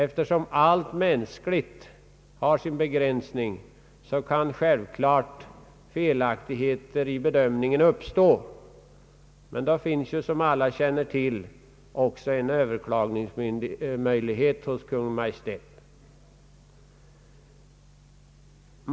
Eftersom allt mänskligt har sin begränsning kan självfallet fel i bedömningen göras, men då finns ju som alla känner till en överklagningsmöjlighet hos Kungl. Maj:t.